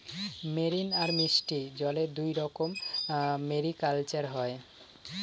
marine আর মিষ্টি জলে দুইরকম মেরিকালচার হয়